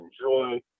enjoy